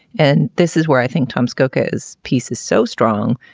and this is where i think tom's coker's piece is so strong,